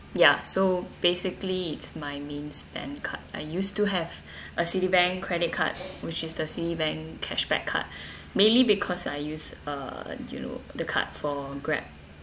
ya so basically it's my main spend card I used to have a Citibank credit card which is the Citibank cash back card mainly because I use uh you know the card for Grab